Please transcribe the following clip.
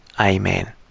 Amen